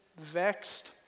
vexed